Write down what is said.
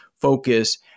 focus